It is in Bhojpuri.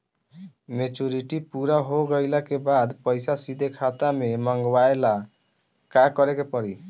मेचूरिटि पूरा हो गइला के बाद पईसा सीधे खाता में मँगवाए ला का करे के पड़ी?